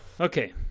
Okay